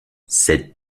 cette